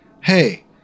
Hey